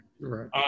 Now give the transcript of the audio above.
Right